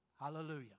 Hallelujah